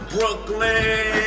Brooklyn